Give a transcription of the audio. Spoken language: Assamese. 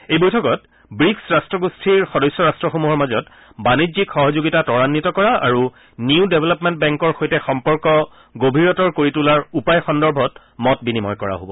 এই বৈঠকত ৱিকছ ৰাষ্ট্ৰগোষ্ঠীৰ সদস্য ৰাষ্ট্ৰসমূহৰ মাজত বাণিজ্যিক সহযোগিতা ত্বৰান্বিত কৰা আৰু নিউ ডেভেলপমেণ্ট বেংকৰ সৈতে সম্পৰ্ক গভীৰতৰ কৰি তোলাৰ উপায় সন্দৰ্ভত মত বিনিময় কৰা হব